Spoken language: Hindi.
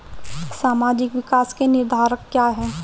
सामाजिक विकास के निर्धारक क्या है?